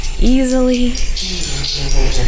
easily